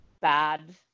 bad